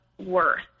worth